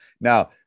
Now